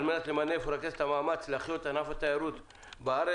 מנת למנף ולרכז את המאמץ להחיות את ענף התיירות בארץ.